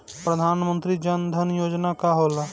प्रधानमंत्री जन धन योजना का होला?